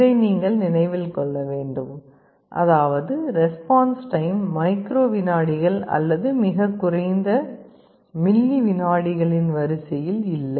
இதை நீங்கள் நினைவில் கொள்ள வேண்டும் அதாவது ரெஸ்பான்ஸ் டைம் மைக்ரோ விநாடிகள் அல்லது மிகக் குறைந்த மில்லி விநாடிகளின் வரிசையில் இல்லை